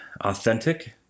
authentic